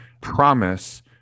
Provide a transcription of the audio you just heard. promise